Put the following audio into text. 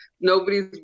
Nobody's